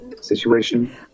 situation